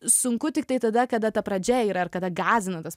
sunku tiktai tada kada ta pradžia yra ir kada gąsdina tas